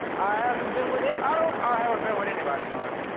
i haven't been with, and i don't, i haven't been with anybody, ah and